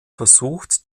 versucht